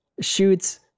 shoots